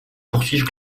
poursuivent